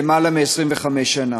של למעלה מ-25 שנה.